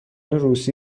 روسی